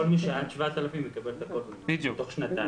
כל מי שהיה עד 7,000, יקבל את הכול תוך שנתיים.